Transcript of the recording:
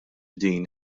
din